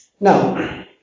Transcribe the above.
Now